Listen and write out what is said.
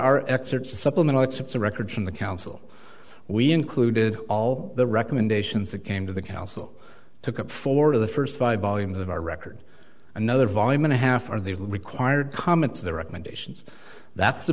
our excerpts supplemental it's a record from the council we included all the recommendations that came to the council took up four of the first five volumes of our record another volume and a half are the required comments the recommendations that's the